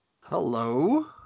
Hello